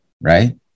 right